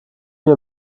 mir